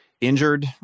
injured